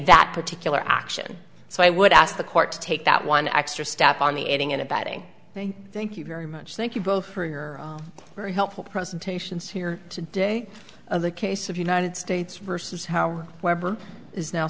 that particular action so i would ask the court to take that one extra step on the aiding and abetting thank you thank you very much thank you both for your very helpful presentations here today of the case of united states versus how webre is now